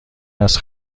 است